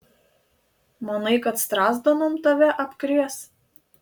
manai kad strazdanom tave apkrės